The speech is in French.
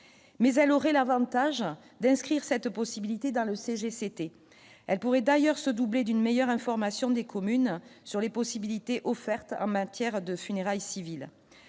mais elle aurait l'Avantage d'inscrire cette possibilité dans le CGC c'était elle pourrait d'ailleurs se doubler d'une meilleure information des communes sur les possibilités offertes en matière de funérailles civiles